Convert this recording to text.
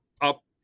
up